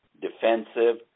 defensive